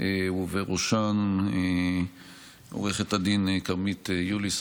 ובראשן עו"ד כרמית יוליס,